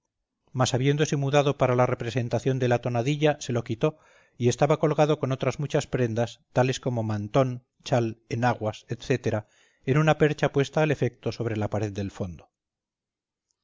marquesa mas habiéndose mudado para la representación de la tonadilla se lo quitó y estaba colgado con otras muchas prendas tales como mantón chal enaguas etc en una percha puesta al efecto sobre la pared del fondo